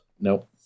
Nope